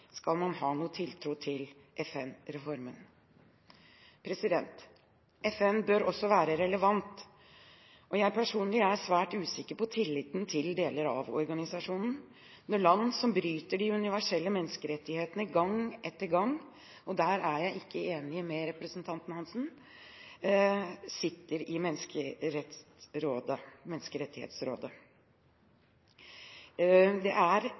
skal man ha noen tiltro til FN-reformen. FN bør også være relevant. Personlig er jeg svært usikker når det gjelder tilliten til deler av organisasjonen, når land som gang etter gang bryter de universelle menneskerettighetene – og her er jeg ikke enig med representanten Svein Roald Hansen – sitter i Menneskerettighetsrådet. Det er